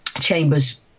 Chambers